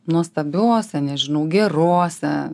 nuostabiose nežinau gerose